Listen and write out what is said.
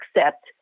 accept